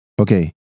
Okay